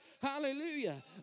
Hallelujah